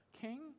king